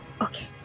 Okay